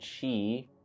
chi